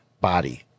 body